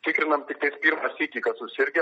tikrinam tik pirmą sykį kas susirgę